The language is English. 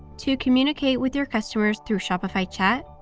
to communicate with your customers through shopify chat,